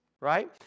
right